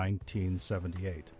nineteen seventy eight